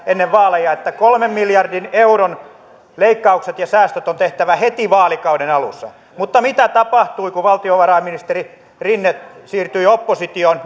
ennen vaaleja sanoi että kolmen miljardin euron leikkaukset ja säästöt on tehtävä heti vaalikauden alussa mutta mitä tapahtui kun valtiovarainministeri rinne siirtyi oppositioon